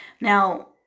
Now